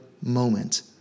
moment